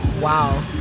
Wow